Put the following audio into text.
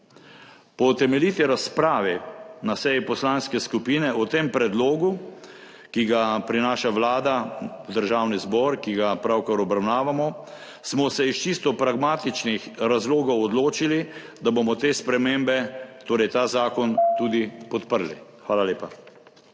Po temeljiti razpravi na seji Poslanske skupine o tem predlogu, ki ga prinaša Vlada v Državni zbor, ki ga pravkar obravnavamo, smo se iz čisto pragmatičnih razlogov odločili, da bomo te spremembe, torej ta zakon, tudi podprli. Hvala lepa.